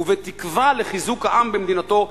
"ובתקווה לחיזוק העם במדינתו,